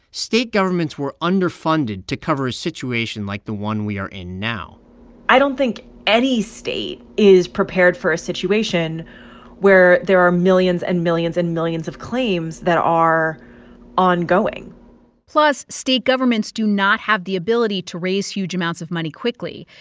state governments were underfunded to cover a situation like the one we are in now i don't think any state is prepared for situation where there are millions and millions and millions of claims that are ongoing plus, state governments do not have the ability to raise huge amounts of money quickly.